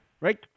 right